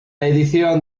edición